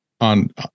on